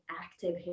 active